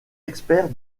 experts